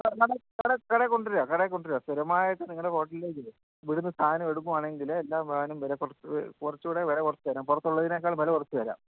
കടയിൽ കടയിൽ കൊണ്ടുവരിക കടയിൽ കൊണ്ടുവരിക സ്ഥിരമായിട്ട് നിങ്ങളുടെ ഹോട്ടലേക്ക് ഇവിടുന്ന് സാധനം എടുക്കുവാണെങ്കിൽ എല്ലാ കുറച്ചുകൂടെ വില കുറച്ചുതരാം പുറത്തുള്ളതിനേക്കാളും വില കുറച്ച് തരാം